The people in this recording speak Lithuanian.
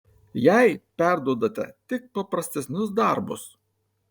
jai perduodate tik paprastesnius darbus